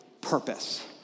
purpose